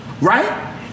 right